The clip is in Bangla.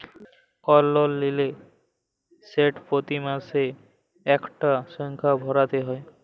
কল লল লিলে সেট পতি মাসে ইকটা সংখ্যা ভ্যইরতে হ্যয়